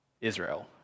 Israel